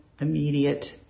immediate